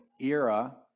era